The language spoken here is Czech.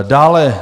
Dále.